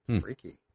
Freaky